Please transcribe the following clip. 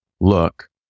look